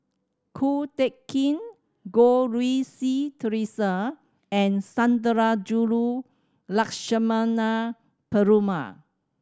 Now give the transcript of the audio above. Ko Teck Kin Goh Rui Si Theresa and Sundarajulu Lakshmana Perumal